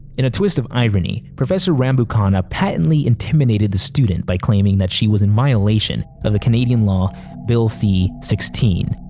in a twist of irony, professor rambukkana patently intimidated the student by claiming that she was in violation of the canadian law bill c sixteen.